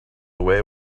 away